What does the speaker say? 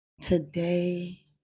Today